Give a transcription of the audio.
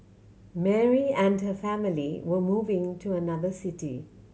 Mary and her family were moving to another city